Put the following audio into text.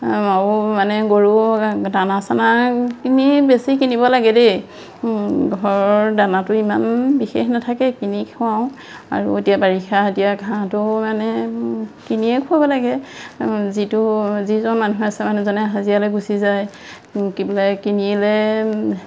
আৰু মানে গৰু দানা চানা কিনি বেছি কিনিব লাগে দেই ঘৰৰ দানাটো ইমান বিশেষ নাথাকে কিনি খুৱাওঁ আৰু এতিয়া বাৰিষা এতিয়া ঘাঁহটো মানে কিনিয়ে খুৱাব লাগে যিটো যিজন মানুহ আছে মানুহজনে হাজিৰালে গুচি যায় কি বোলে কিনিলে